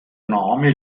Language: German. name